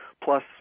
plus